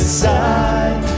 side